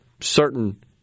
certain